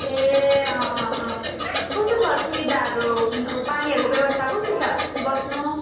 ए अँ अँ अँ कस्तो छ सुविधाहरू पानीहरूको व्यवस्था कस्तो छ बस्न